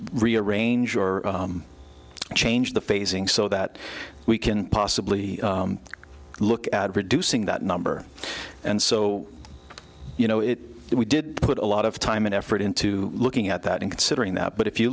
rearrange or change the phasing so that we can possibly look at reducing that number and so you know it we did put a lot of time and effort into looking at that and considering that but if you